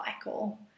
cycle